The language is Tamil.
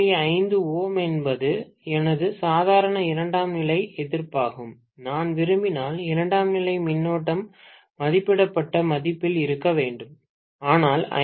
5 Ω என்பது எனது சாதாரண இரண்டாம் நிலை எதிர்ப்பாகும் நான் விரும்பினால் இரண்டாம் நிலை மின்னோட்டம் மதிப்பிடப்பட்ட மதிப்பில் இருக்க வேண்டும் ஆனால் 5